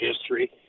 history